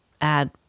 add